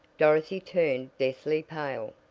dorothy turned deathly pale.